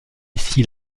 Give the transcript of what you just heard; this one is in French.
ici